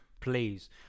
please